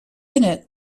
unit